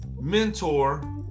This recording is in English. mentor